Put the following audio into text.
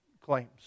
claims